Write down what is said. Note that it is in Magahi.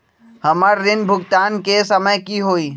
हमर ऋण भुगतान के समय कि होई?